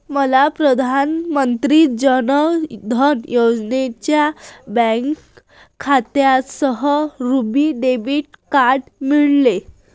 मला प्रधान मंत्री जान धन योजना यांच्या बँक खात्यासह रुपी डेबिट कार्ड मिळाले